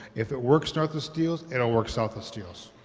if it works north of steeles, it'll work south of steeles.